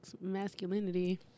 Masculinity